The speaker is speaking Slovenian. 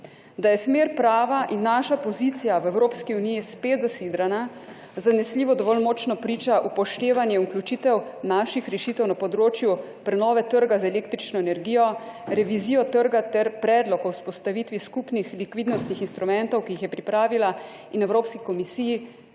Da je smer prava in naša pozicija v Evropski uniji spet zasidrana, zanesljivo dovolj močno priča upoštevanje in vključitev naših rešitev na področju prenove trga z električno energijo, revizijo trga ter predlog o vzpostavitvi skupnih likvidnostnih instrumentov, ki jih je pripravila in Evropski komisiji